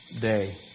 day